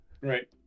right